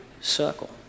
circle